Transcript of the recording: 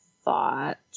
thought